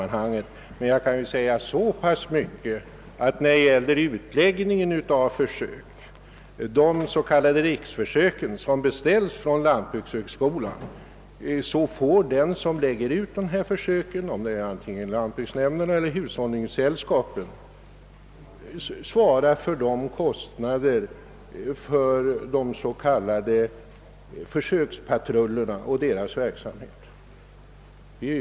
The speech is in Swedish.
När det gäller utläggningen av försök, de s.k. riksförsöken, som beställes av lantbrukshögskolan, får den som lägger ut försöken — det må vara lantbruksnämnderna eller hushållningssällskapen — svara för kostnaderna för de s.k. försökspatrullerna och deras verksamhet.